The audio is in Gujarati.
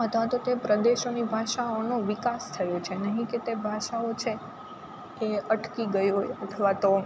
અથવા તો તે પ્રદેશોની ભાષાઓનો વિકાસ થયો છે નહીં કે તે ભાષાઓ છે એ અટકી ગઈ હોય અથવા તો